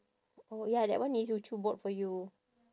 oh ya that one is bought for you